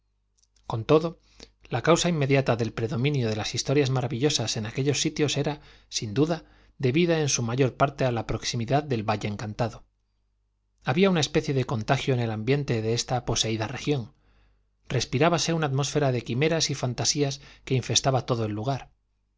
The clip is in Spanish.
con todo la causa inmediata del predominio de las historias maravillosas en aquellos sitios era sin duda debida en su mayor parte a la proximidad del valle encantado había una especie de contagio en el ambiente de esta poseída región respirábase una atmósfera de quimeras y fantasías que infestaba todo el lugar